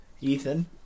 Ethan